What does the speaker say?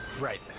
Right